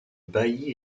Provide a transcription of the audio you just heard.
bailli